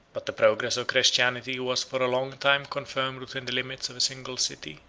but the progress of christianity was for a long time confined within the limits of a single city,